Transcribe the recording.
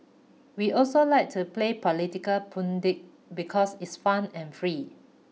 we also like to play political pundit because it's fun and free